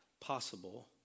possible